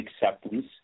acceptance